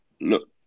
look